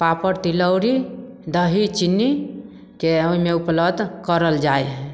पापड़ तिलौड़ी दही चिन्नीके ओहिमे उपलब्ध करल जाइ हइ